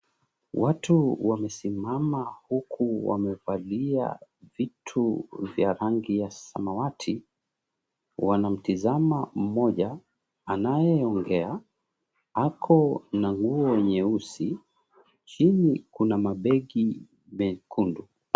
Watu wamesimama huku wamevalia vitu vya rangi ya samawati. Wanamtizama mmoja anayeongea, ako na nguo nyeusi. Chini kuna mabegi mekundu.